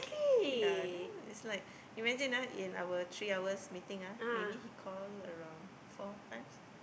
ya then it's like imagine ah in our three hours meeting ah maybe he call around four times